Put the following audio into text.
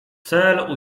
cel